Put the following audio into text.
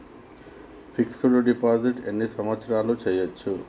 Fix డ్ deposit ఎన్ని సంవత్సరాలు చేయచ్చు?